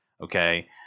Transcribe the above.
Okay